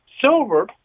Silver